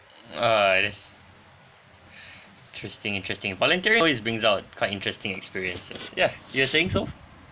ah that's interesting interesting voluntary always brings out quite interesting experiences ya you were saying so